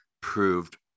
proved